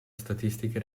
statistiche